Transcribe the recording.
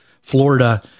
Florida